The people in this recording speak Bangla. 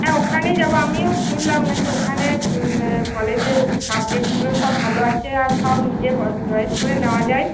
হ্যাঁ ওখানেই যাবো আমিও শুনলাম নাকি ওখানে কলেজের সাবজেক্টগুলো সব ভালো আছে আর সব নিজে চয়েস করে নেওয়া যায়